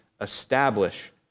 establish